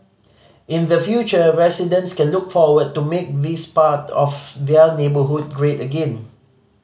in the future residents can look forward to make this part of their neighbourhood great again